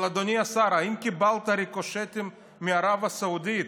אבל אדוני השר, האם קיבלת ריקושטים מערב הסעודית?